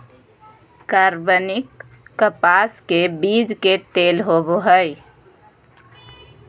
कार्बनिक कपास के बीज के तेल होबो हइ